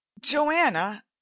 Joanna